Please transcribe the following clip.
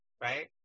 right